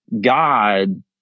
God